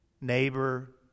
neighbor